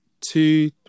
two